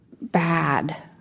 bad